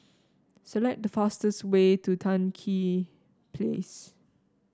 select the fastest way to Tan Tye Place